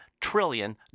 trillion